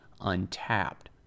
untapped